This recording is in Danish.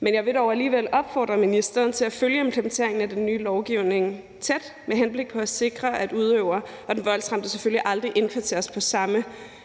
men jeg vil dog alligevel opfordre ministeren til at følge implementeringen af den nye lovgivning tæt med henblik på at sikre, at udøveren og den voldsramte selvfølgelig aldrig indkvarteres på det samme